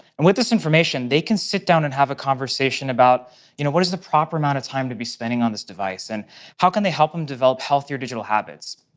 and with this information, they can sit down and have a conversation about what is the proper amount of time to be spending on this device and how can they help them develop healthier digital habits.